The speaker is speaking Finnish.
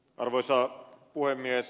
arvoisa puhemies